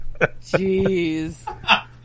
Jeez